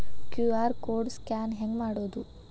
QR code scan ಹೆಂಗ್ ಮಾಡೋದು?